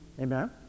Amen